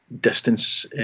distance